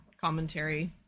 commentary